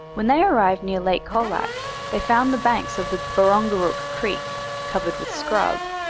when they arrived near lake colac they found the banks of the barongarook creek covered with scrub,